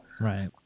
Right